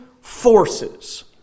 forces